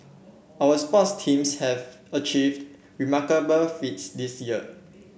our sports teams have achieved remarkable feats this year